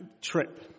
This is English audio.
trip